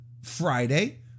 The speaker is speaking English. Friday